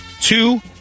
two